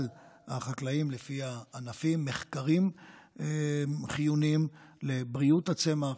החקלאים לפי הענפים: מחקרים חיוניים לבריאות הצמח,